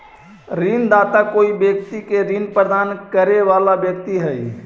ऋणदाता कोई व्यक्ति के ऋण प्रदान करे वाला व्यक्ति हइ